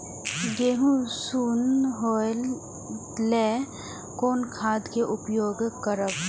गेहूँ सुन होय लेल कोन खाद के उपयोग करब?